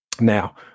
Now